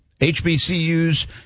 HBCU's